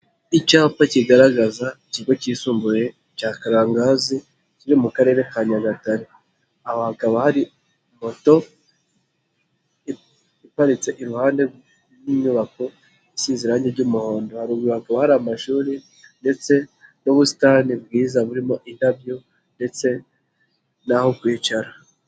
Icyapa kigaragaza ikigo cyisumbuye cya karangazi kiri mu karere ka Nyagatare, aha hakaba hari moto iparitse iruhande rw'inyubako isize iranjye ry'umuhondo, haruguru hakaba hari amashuri ndetse n'ubusitani bwiza burimo indabyo ndetse n'aho kwicara.